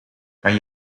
kan